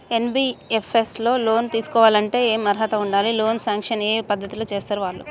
NBFS లో loan తీస్కోవాలంటే ఏం అర్హత ఉండాలి? లోన్ సాంక్షన్ ఏ పద్ధతి లో చేస్తరు వాళ్లు?